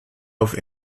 auf